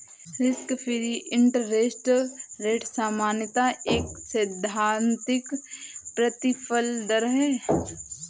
risk free interest rate सामान्यतः एक सैद्धांतिक प्रतिफल दर है